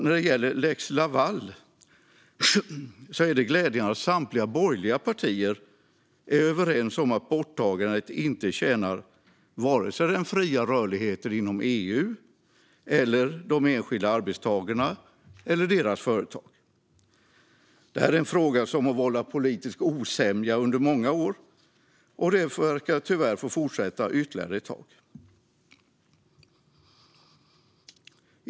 När det gäller lex Laval är det glädjande att samtliga borgerliga partier är överens om att borttagandet inte tjänar vare sig den fria rörligheten inom EU eller de enskilda arbetstagarna eller deras företag. Detta är en fråga som vållat politisk osämja under många år, och den verkar tyvärr få fortsätta ytterligare ett tag.